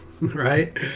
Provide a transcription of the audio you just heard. right